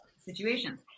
situations